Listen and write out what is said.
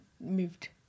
moved